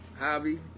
Javi